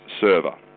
server